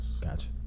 Gotcha